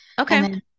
Okay